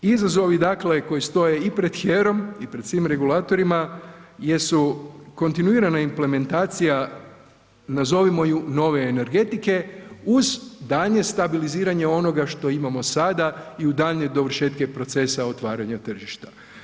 Izazovi dakle koji staje i pred HERA-om i pred svim regulatorima jesu kontinuirana implementacija nazovimo ju nove energetike uz daljnje stabiliziranje onoga što imamo sada i u daljnje dovršetke procesa otvaranja tržišta.